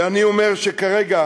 ואני אומר שכרגע